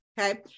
Okay